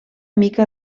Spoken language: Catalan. mica